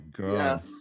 god